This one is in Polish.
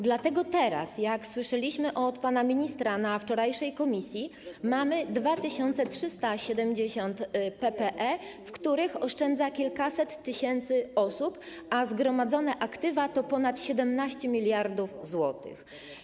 Dlatego teraz, jak słyszeliśmy od pana ministra na wczorajszym posiedzeniu komisji, mamy 2370 PPE, w których oszczędza kilkaset tysięcy osób, a zgromadzone aktywa to ponad 17 mld zł.